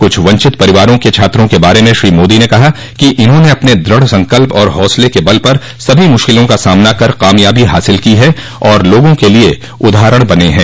कुछ वंचित परिवारों के छात्रों के बारे मे श्री मोदी ने कहा कि इन्होंने अपने दृढ़ संकल्प और हौंसले के बल पर सभी मुश्किलों का सामना कर कामयाबी हासिल की है और लोगों के लिए उदाहरण बने हैं